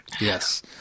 Yes